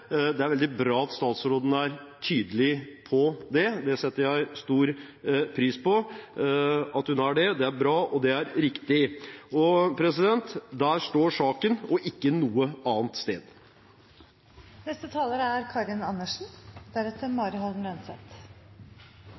Det er veldig bra at statsråden er tydelig på det, det setter jeg stor pris på. Det er bra, og det er riktig. Der står saken – ikke noe annet sted. Denne saken er